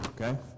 okay